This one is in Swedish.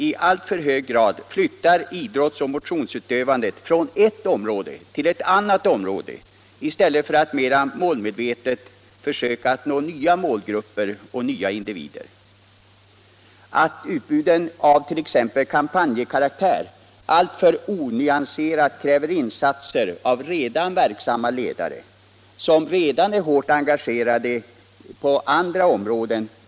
I alltför hög grad flyttar utbuden idrottsoch motionsutövandet från ett område till ett annat i stället för att mer målmedvetet försöka nå nya målgrupper och nya individer. Utbud av t.ex. kampanjkaraktär kräver alltför onyanserade insatser av verksamma ledare som redan är hårt engagerade på andra områden.